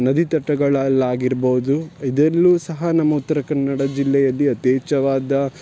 ನದಿ ತಟಗಳಲ್ಲಾಗಿರ್ಬಹ್ದು ಇದರಲ್ಲೂ ಸಹ ನಮ್ಮ ಉತ್ತರ ಕನ್ನಡ ಜಿಲ್ಲೆಯಲ್ಲಿ ಯಥೇಚ್ಛವಾದ